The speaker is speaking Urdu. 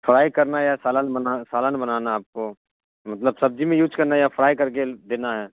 فرائی کرنا یا سالان بنا سالن بنانا آپ کو مطلب سبزی میں یوج کرنا ہے یا فرائی کر کے دینا ہے